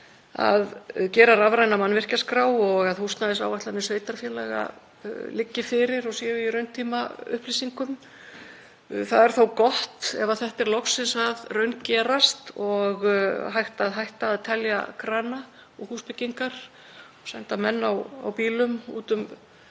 að gera rafræna mannvirkjaskrá og að húsnæðisáætlanir sveitarfélaga liggi fyrir og séu rauntímaupplýsingar. Það er þó gott ef þetta er loksins að raungerast og hægt að hætta að telja krana og húsbyggingar og senda menn á bílum út um